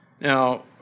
Now